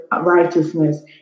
righteousness